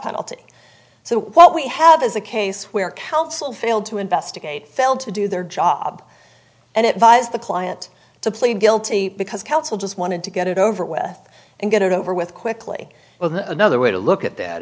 penalty so what we have is a case where counsel failed to investigate failed to do their job and it vies the client to plead guilty because counsel just wanted to get it over with and get it over with quickly another way to look at that